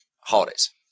holidays